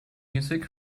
music